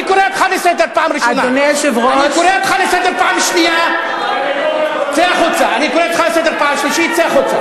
אני מנצל את מעמדי ואת מנצלת את מעמדך ומסניטה בו,